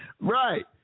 Right